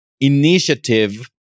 initiative